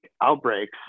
outbreaks